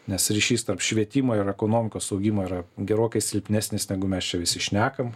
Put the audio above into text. nes ryšys tarp švietimo ir ekonomikos augimo yra gerokai silpnesnis negu mes čia visi šnekam